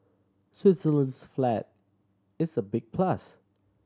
Switzerland's flag is a big plus